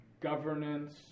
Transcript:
governance